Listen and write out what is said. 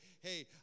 hey